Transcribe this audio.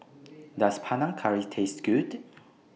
Does Panang Curry Taste Good